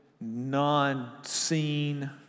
non-seen